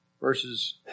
verses